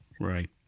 Right